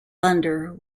thunder